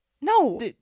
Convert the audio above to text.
No